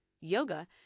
yoga